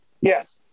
Yes